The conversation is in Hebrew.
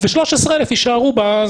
ו-13,000 יישארו ב...